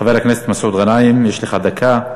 חבר הכנסת מסעוד גנאים, יש לך דקה.